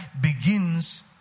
begins